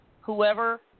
whoever